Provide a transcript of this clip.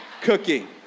cookie